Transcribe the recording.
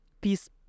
peace